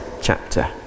chapter